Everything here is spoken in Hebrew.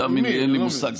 תאמין לי, אין לי מושג.